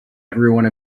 everyone